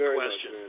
question